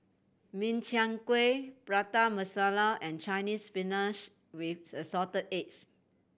Min Chiang Kueh Prata Masala and Chinese Spinach with Assorted Eggs